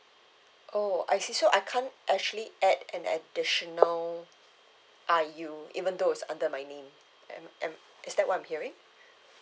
oh I see so I can't actually add an additional I_U even though it's under my name am am is that what I'm hearing